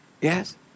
Yes